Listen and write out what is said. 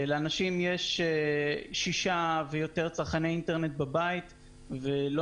לאנשים יש שישה ויותר צרכני אינטרנט בבית ולא